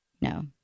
No